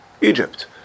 Egypt